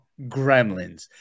Gremlins